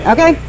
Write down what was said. Okay